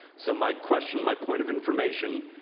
so my question, my point of information,